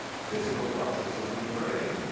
physical processes in the brain,